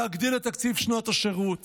להגדיל את תקציב שנות השירות